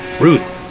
Ruth